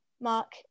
mark